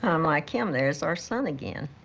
um like, yeah um there's our son again,